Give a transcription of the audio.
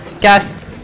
guests